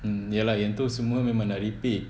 mm ya lah yang tu semua memang nak repeat